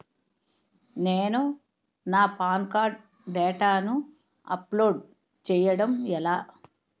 నేను నా PAN card డేటాను అప్లోడ్ చేయడం ఎలా?